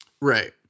right